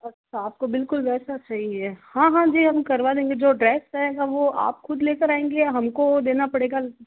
अच्छा आपको बिलकुल वैसा चाहिए हाँ हाँ जी हम करवा देंगे जो ड्रेस रहेगा वो आप ख़ुद लेकर आयेंगी या हमको देना पड़ेगा